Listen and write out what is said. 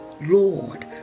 Lord